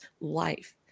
life